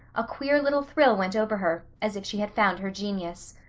a queer little thrill went over her, as if she had found her genius.